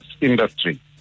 industry